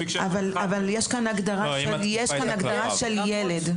יש כאן הגדרה של ילד.